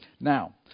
Now